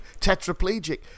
tetraplegic